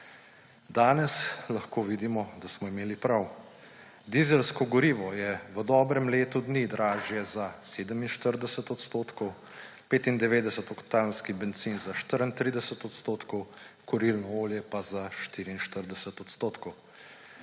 Danes lahko vidimo, da smo imeli prav. Dizelsko gorivo je v dobrem letu dni dražje za 47 %, 95-oktanski bencin za 34 %, kurilno olje pa za 44 %.